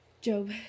Job